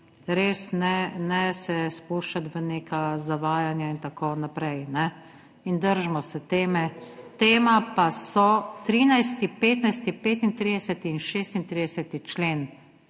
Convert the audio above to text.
ne, ne se spuščati v neka zavajanja in tako naprej in držimo se teme, tema pa so 13., 15., 35. in 36. člen